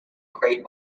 great